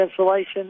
insulation